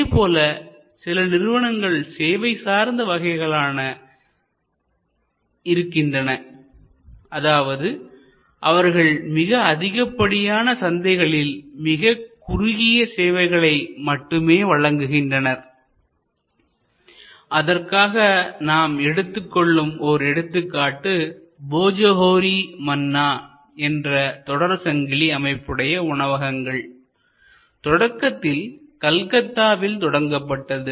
இதைப்போல சில நிறுவனங்கள் சேவை சார்ந்த வகைகளாக இருக்கின்றன அதாவது அவர்கள் மிக அதிகப்படியான சந்தைகளில் மிகக் குறுகிய சேவைகளை மட்டுமே வழங்குகின்றனர் அதற்காக நாம் எடுத்துக்கொள்ளும் ஒரு எடுத்துக்காட்டு போஜோஹோரி மன்னா என்ற தொடர்சங்கிலி அமைப்புடைய உணவகங்கள் தொடக்கத்தில் கல்கத்தாவில் தொடங்கப்பட்டது